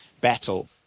battle